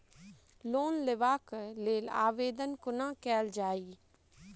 Loan लेबऽ कऽ लेल आवेदन कोना कैल जाइया?